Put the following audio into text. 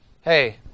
hey